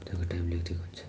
त्यहाँको टाइम लेखिदिएको हुन्छ